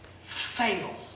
fail